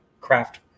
craft